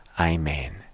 Amen